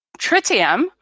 Tritium